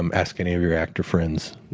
um ask any of your actor friends.